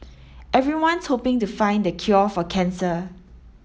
everyone's hoping to find the cure for cancer